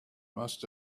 must